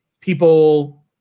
people